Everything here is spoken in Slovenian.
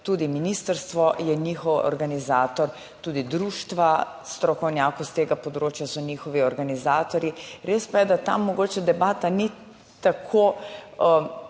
tudi ministrstvo je njihov organizator, tudi društva strokovnjakov s tega področja so njihovi organizatorji, res pa je, da tam mogoče debata ni tako